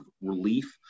relief